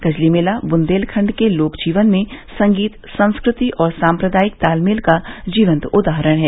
कजली मेला बुन्देलखंड के लोक जीवन में संगीत संस्कृति और साम्प्रदायिक तालमेल का जीवन्त उदाहरण है